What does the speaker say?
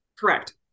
Correct